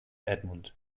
edmund